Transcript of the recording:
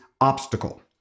obstacle